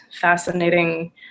fascinating